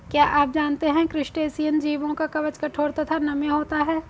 क्या आप जानते है क्रस्टेशियन जीवों का कवच कठोर तथा नम्य होता है?